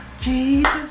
jesus